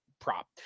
prop